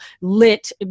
lit